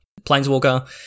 planeswalker